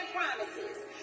promises